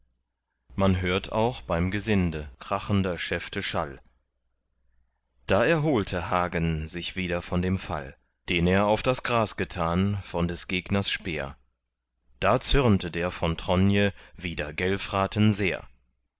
man hört auch beim gesinde krachender schäfte schall da erholte hagen sich wieder von dem fall den er auf das gras getan von des gegners speer da zürnte der von tronje wider gelfraten sehr